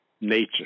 nature